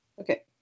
Okay